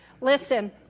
Listen